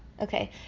Okay